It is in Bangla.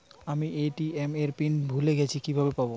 আমি এ.টি.এম এর পিন ভুলে গেছি কিভাবে পাবো?